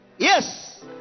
Yes